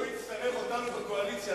כשהוא יצטרך אותנו בקואליציה,